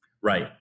Right